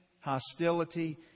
hostility